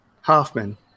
hoffman